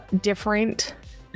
different